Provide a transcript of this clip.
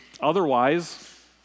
otherwise